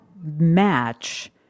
match